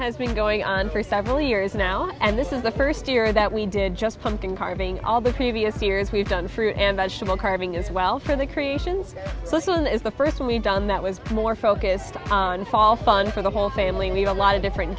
has been going on for several years now and this is the first year that we did just pumpkin carving all the previous years we've done the fruit and vegetable carving as well for the creations so slim is the first we done that was more focused on fall fun for the whole family meet a lot of different